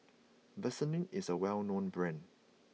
Vaselin is a well known brand